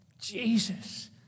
Jesus